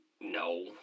No